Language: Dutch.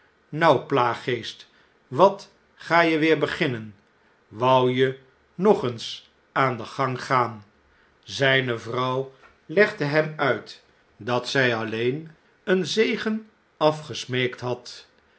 nou plaaggeest wat ga je weer beginnen wou je nog eens aan den gang gaan zijne vrouw legde hem nit dat zjj alleen een zegen afgesmeekt had